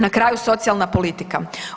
Na kraju socijalna politika.